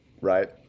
right